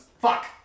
Fuck